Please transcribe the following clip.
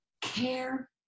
care